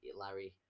Larry